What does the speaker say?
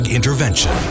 Intervention